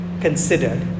considered